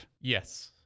Yes